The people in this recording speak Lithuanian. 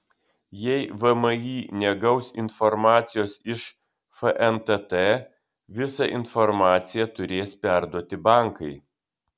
jei vmi negaus informacijos iš fntt visą informaciją turės perduoti bankai